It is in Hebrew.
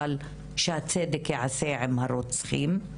אבל שהצדק ייעשה עם הרוצחים.